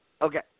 Okay